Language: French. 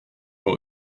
pas